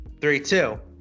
Three-two